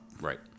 Right